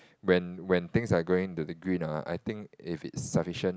when when things are going into the green ah I think if it's sufficient